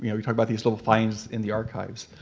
yeah we talked about these little finds in the archives.